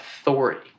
authority